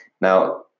Now